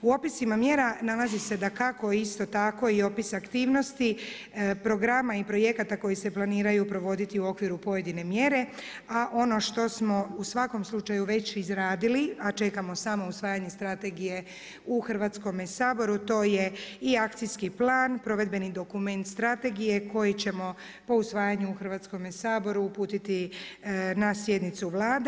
U opisima mjera nalazi se isto tako i opis aktivnosti programa i projekata koji se planiraju provoditi u okviru pojedine mjere, a ono što smo u svakom slučaju već izradili, a čekamo samo usvajanje strategije u Hrvatskome sabor, to je i Akcijski plan provedbeni dokument strategije koji ćemo po usvajanju u Hrvatskome saboru uputiti na sjednicu Vlade.